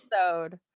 episode